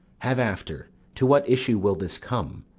have after to what issue will this come?